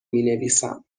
مینویسم